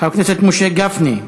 חבר הכנסת משה גפני,